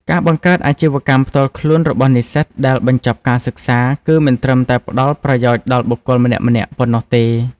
ការបង្កើតអាជីវកម្មផ្ទាល់ខ្លួនរបស់និស្សិតដែលបញ្ចប់ការសិក្សា គឺមិនត្រឹមតែផ្តល់ប្រយោជន៍ដល់បុគ្គលម្នាក់ៗប៉ុណ្ណោះទេ។